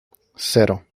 cero